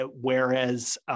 whereas